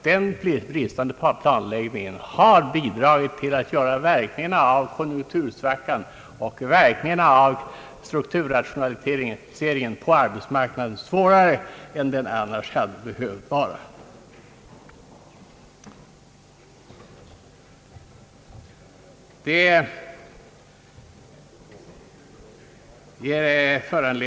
Den bristande planläggningen har bidragit till att göra verkningarna av konjunktursvackan och strukturrationaliseringarna på arbetsmarknaden svårare än de annars hade behövt vara.